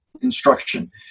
instruction